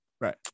right